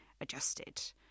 adjusted